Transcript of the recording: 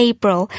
April